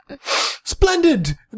Splendid